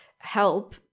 help